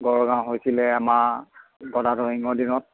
গড়গাঁও হৈছিলে আমা গদাধৰ সিংহৰ দিনত